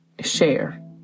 share